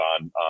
on